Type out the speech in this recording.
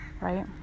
right